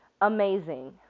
amazing